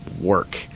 work